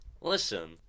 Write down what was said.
listen